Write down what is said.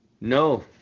No